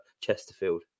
Chesterfield